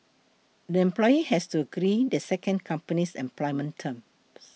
the employee has to agree the second company's employment terms